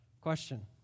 Question